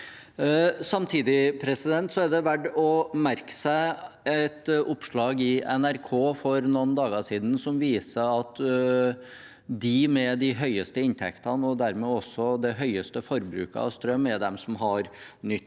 Samtidig er det verdt å merke seg et oppslag i NRK for noen dager siden, som viser at de med de høyeste inntektene, og dermed også det høyeste forbruket av strøm, er de som har nytt